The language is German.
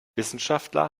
wissenschaftler